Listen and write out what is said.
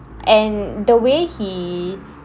and the way he